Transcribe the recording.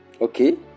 okay